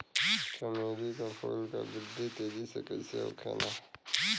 चमेली क फूल क वृद्धि तेजी से कईसे होखेला?